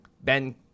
Ben